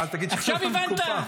עכשיו הבנת?